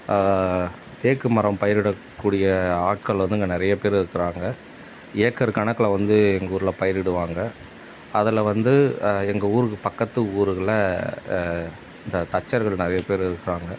தேக்கு மரம் பயிரிடக்கூடிய ஆட்கள் வந்து இங்கே நிறைய பேர் இருக்கிறாங்க ஏக்கர் கணக்கில் வந்து எங்கள் ஊரில் பயிரிவிடுவாங்க அதில் வந்து எங்கள் ஊருக்கு பக்கத்து ஊருகளில் இந்த தச்சர்கள் நிறைய பேர் இருக்காங்க